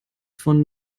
von